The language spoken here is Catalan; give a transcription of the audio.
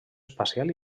espacial